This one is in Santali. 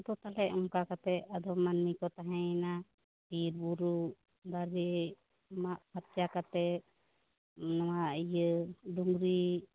ᱟᱫᱚ ᱛᱟᱦᱚᱞᱮ ᱚᱱᱠᱟ ᱠᱟᱛᱮ ᱟᱫᱚ ᱢᱟᱹᱱᱢᱤ ᱠᱚ ᱛᱟᱦᱮᱭᱮᱱᱟ ᱵᱤᱨ ᱵᱩᱨᱩ ᱫᱟᱨᱮ ᱢᱟᱜ ᱯᱷᱟᱨᱪᱟ ᱠᱟᱛᱮ ᱱᱚᱣᱟ ᱮᱭᱟ ᱰᱩᱝᱨᱤ